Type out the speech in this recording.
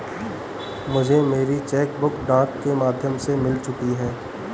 मुझे मेरी cheque book डाक के माध्यम से मिल चुकी है